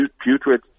putrid